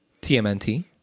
TMNT